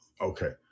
Okay